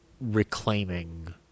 reclaiming